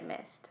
missed